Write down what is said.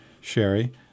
Sherry